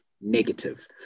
negative